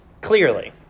Clearly